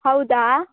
ಹೌದಾ